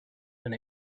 and